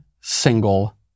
single